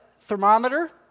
thermometer